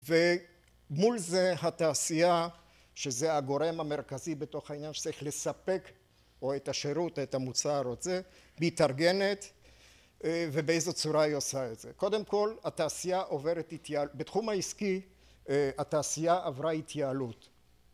ומול זה התעשייה שזה הגורם המרכזי בתוך העניין שצריך לספק או את השירות או את המוצר או את זה מתארגנת ובאיזו צורה היא עושה את זה קודם כל התעשייה עוברת בתחום העסקי התעשייה עברה התייעלות